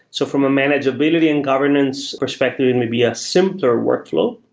so from a manageability and governance, respectively in maybe ah simpler workflow,